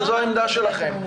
אבל זו העמדה שלכם.